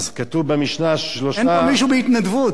אין פה מישהו בהתנדבות.